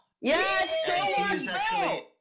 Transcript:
Yes